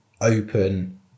open